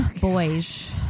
Boys